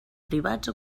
privats